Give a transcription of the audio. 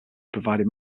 providing